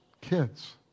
kids